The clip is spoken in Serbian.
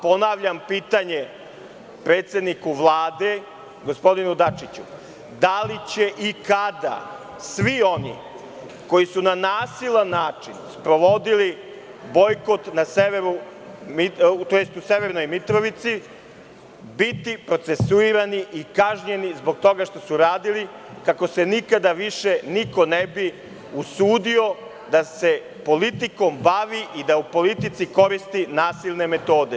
Ponavljam pitanje predsedniku Vlade, gospodinu Dačiću – da li će i kada svi oni koji su na nasilan način sprovodili bojkot u severnoj Mitrovici, biti procesuirani i kažnjeni zbog toga što su radili, kako se nikada više niko ne bi usudio da se politikom bavi i da u politici koristi nasilne metode.